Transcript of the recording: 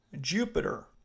Jupiter